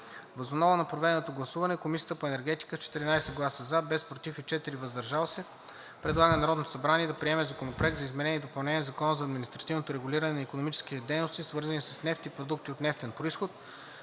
Въз основа на проведеното гласуване, Комисията по енергетика, с 14 гласа „за” без „против” и 4 гласа „въздържал се”, предлага на Народното събрание да приеме Законопроект за изменение и допълнение на Закона за административното регулиране на икономическите дейности, свързани с нефт и продукти от нефтен произход,